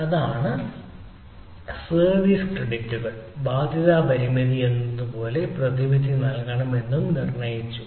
ഉദാഹരണത്തിന് സർവീസ് ക്രെഡിറ്റുകൾ ബാധ്യതാ പരിമിതി എന്നിവ പോലെ എന്ത് പ്രതിവിധി നൽകണമെന്ന് നിർണ്ണയിച്ചു